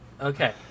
Okay